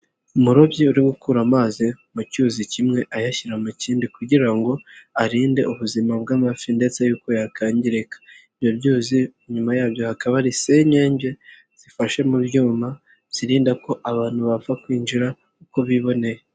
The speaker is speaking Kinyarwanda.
Umurobyi uri gukura amazi mu cyuzi kimwe ayashyira mu kindi kugira ngo arinde ubuzima bw'amafi ndetse yuko yakangirika. Ibyo byuzi inyuma yabyo hakaba hari senyege zifashe mu byuma, zirinda ko abantu bapfa kwinjira uko biboneye.